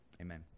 Amen